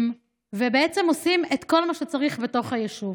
ובעצם עושים את כל מה שצריך בתוך היישוב.